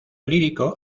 lírico